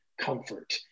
comfort